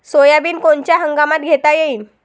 Soybean कोनच्या हंगामात घेता येईन?